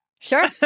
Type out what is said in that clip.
Sure